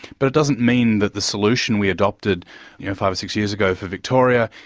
but it doesn't mean that the solution we adopted you know, five or six years ago for victoria,